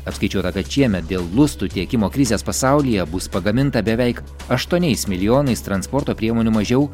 apskaičiuota kad šiemet dėl lustų tiekimo krizės pasaulyje bus pagaminta beveik aštuoniais milijonais transporto priemonių mažiau